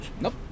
Nope